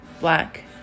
black